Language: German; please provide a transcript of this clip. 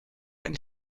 ein